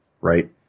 right